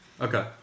Okay